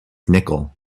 nickel